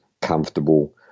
comfortable